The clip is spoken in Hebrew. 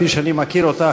כפי שאני מכיר אותך,